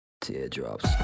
Teardrops